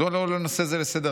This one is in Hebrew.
מדוע לא עולה נושא זה לסדר-היום?